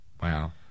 wow